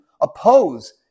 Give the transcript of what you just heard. oppose